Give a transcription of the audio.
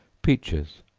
peaches.